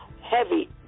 heavy